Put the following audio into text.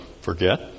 forget